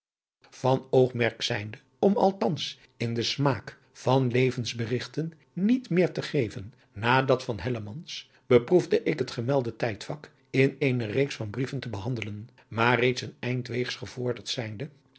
oogmerk zijnde om althans in den smaak van levensberigten niet meer te geven na dat van hellemans beproefde ik het gemelde tijdvak in eene reeks van brieven te behandelen maar reeds een eind wegs gevorderd zijnde